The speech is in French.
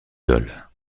dole